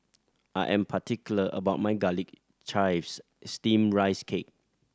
I am particular about my Garlic Chives Steamed Rice Cake